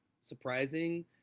surprising